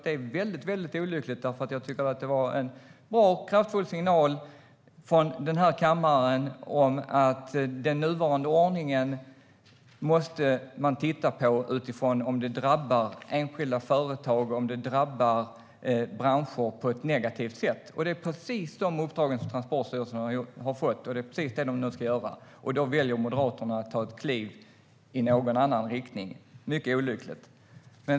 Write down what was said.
Det är väldigt olyckligt, för det var en bra och kraftfull signal från den här kammaren om att man måste se över den nuvarande ordningen utifrån om den drabbar enskilda företag och branscher på ett negativt sätt. Det är precis de uppdragen som Transportstyrelsen har fått och nu ska utföra. Då väljer Moderaterna att ta ett kliv i en annan riktning. Det är mycket olyckligt.